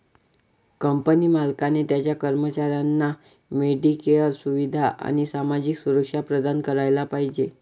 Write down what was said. company मालकाने त्याच्या कर्मचाऱ्यांना मेडिकेअर सुविधा आणि सामाजिक सुरक्षा प्रदान करायला पाहिजे